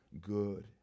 good